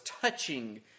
touching